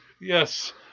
Yes